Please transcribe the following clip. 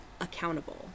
accountable